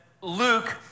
Luke